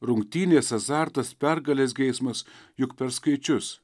rungtynės azartas pergalės geismas juk perskaičius